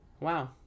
Wow